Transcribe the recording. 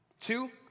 Two